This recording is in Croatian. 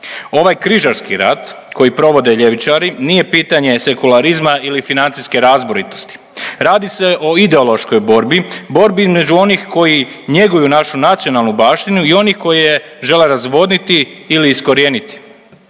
ovaj križarski rat koji provode ljevičari nije pitanje sekularizma ili financijske razboritosti. Radi se o ideološkoj borbi, borbi između onih koji njeguju našu nacionalnu baštinu i onih koje žele razvodniti ili iskorijeniti.